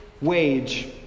wage